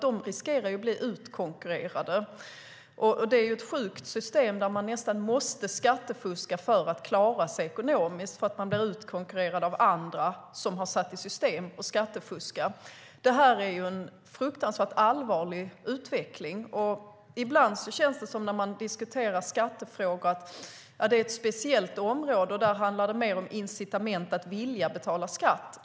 De riskerar att bli utkonkurrerade. Det är ett sjukt system där man nästan måste skattefuska för att klara sig ekonomiskt. Man blir utkonkurrerad av andra som har satt i system att skattefuska. Det är en fruktansvärt allvarlig utveckling. Ibland när man diskuterar skattefrågor känns det som att det är ett speciellt område där det handlar mer om incitament och att vilja betala skatt.